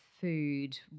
food